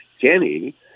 Kenny